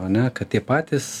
o ne kad tie patys